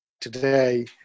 today